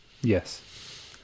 Yes